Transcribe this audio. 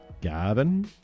Gavin